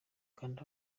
kanda